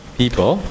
people